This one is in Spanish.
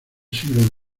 siglo